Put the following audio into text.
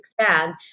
expand